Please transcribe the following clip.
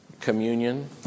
communion